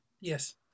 yes